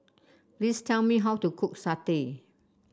please tell me how to cook satay